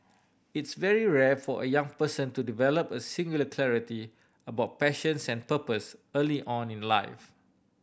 it's very rare for a young person to develop a singular clarity about passions and purpose early on in life